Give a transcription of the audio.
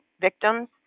victims